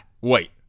Wait